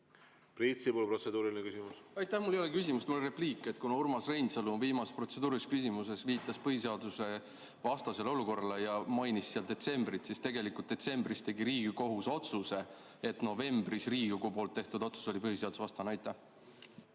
otsus oli põhiseadusvastane. Aitäh! Mul ei ole küsimust, mul on repliik. Kuna Urmas Reinsalu viimases protseduurilises küsimuses viitas põhiseadusvastasele olukorrale ja mainis detsembrit, siis tegelikult detsembris tegi Riigikohus otsuse, et novembris Riigikogu tehtud otsus oli põhiseadusvastane.